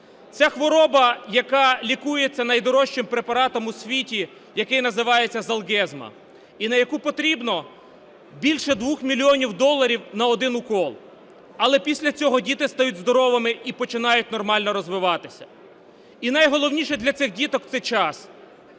Ця хвороба, яка лікується найдорожчим препаратом у світі, який називається "Золгенсма", і на яку потрібно більше 2 мільйонів доларів на один укол. Але після цього діти стають здоровими і починають нормально розвиватися. І найголовніше для цих діток – це час.